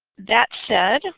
that said,